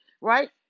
right